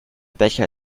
becher